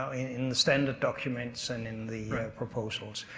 so in the standard documents and in the proposals,